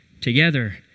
together